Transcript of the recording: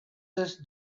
this